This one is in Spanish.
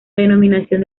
denominación